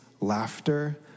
laughter